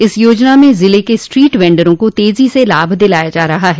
इस योजना में जिले में स्ट्रीट वेंडरों को तेजी से लाभ दिलाया जा रहा है